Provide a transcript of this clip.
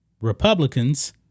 Republicans